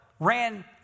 ran